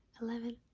eleven